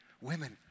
women